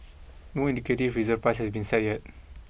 no indicative reserve price has been set yet